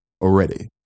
already